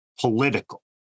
political